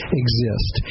exist